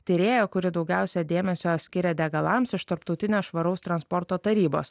tyrėja kuri daugiausia dėmesio skiria degalams iš tarptautinės švaraus transporto tarybos